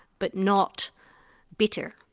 but not bitter.